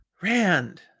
Rand